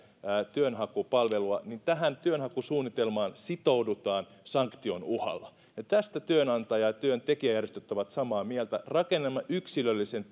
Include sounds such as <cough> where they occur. työnhakupalvelua niin tähän työnhakusuunnitelmaan sitoudutaan sanktion uhalla ja tästä työnantaja ja työntekijäjärjestöt ovat samaa mieltä rakennamme yksilöllisen <unintelligible>